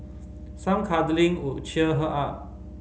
some cuddling would cheer her up